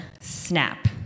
snap